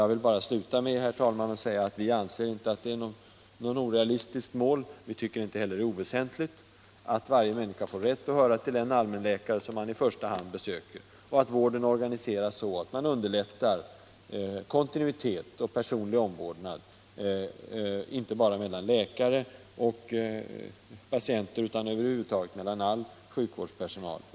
Jag vill bara säga, herr talman, att vi anser inte att det är något orealistiskt mål. Vi tycker inte heller att det är oväsentligt att varje människa får rätt att höra till den allmänläkare som hon i första hand besöker och att vården organiseras så att man underlättar kontinuitet och personlig omvårdnad, inte bara mellan patienterna och läkarna utan över huvud taget mellan patienterna och all sjukvårdspersonal.